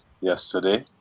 yesterday